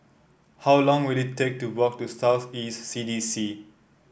how long will it take to walk to South East C D C